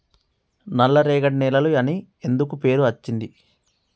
నల్లరేగడి నేలలు అని ఎందుకు పేరు అచ్చింది?